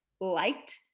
liked